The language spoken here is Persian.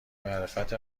معرفت